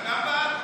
אתה גם בעד?